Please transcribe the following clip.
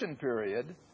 period